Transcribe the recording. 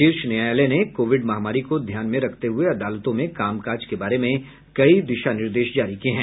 शीर्ष न्यायालय ने कोविड महामारी को ध्यान में रखते हुए अदालतों में कामकाज के बारे में कई दिशा निर्देश जारी किए हैं